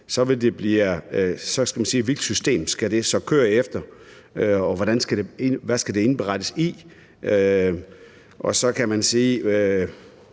Man kan spørge: Hvilket system skal det så køre efter, og hvad skal det indberettes i? Og så kan man sige: